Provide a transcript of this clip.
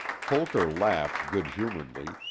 holker laughed good humoredly,